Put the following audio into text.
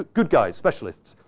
ah good guys. specialists.